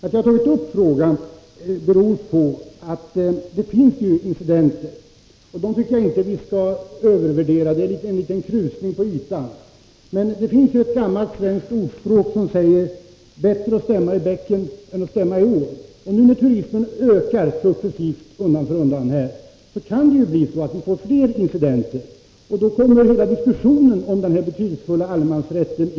Att jag tagit upp den här frågan beror på att det ibland uppstår incidenter. Vi skall inte förstora dem, för det rör sig om en liten krusning på ytan, men ett gammalt svenskt ordspråk säger att det är bättre att stämma i bäcken än i ån. När nu turismen ökar successivt kan vi få fler incidenter, vilket aktualiserar diskussionen om den betydelsefulla allemansrätten.